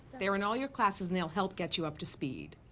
they're in all your classes and they'll help get you up to speed.